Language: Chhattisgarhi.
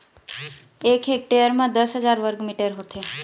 एक हेक्टेयर म दस हजार वर्ग मीटर होथे